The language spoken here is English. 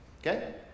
okay